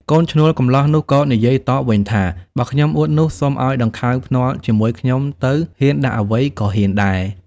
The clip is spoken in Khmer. កូនឈ្នួលកំលោះនោះក៏និយាយតបវិញថា "បើខ្ញុំអួតនោះ សុំឲ្យដង្ខៅភ្នាល់ ជាមួយខ្ញុំទៅ ហ៊ានដាក់អ្វីក៏ហ៊ានដែរ”។